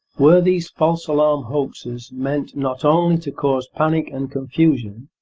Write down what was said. were these false-alarm hoaxes meant not only to cause panic and confusion,